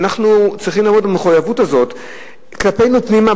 אנחנו צריכים לעמוד במחויבות הזאת כלפינו פנימה,